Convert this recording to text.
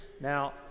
Now